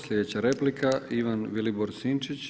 Sljedeća replika Ivan Vilibor Sinčić.